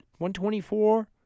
124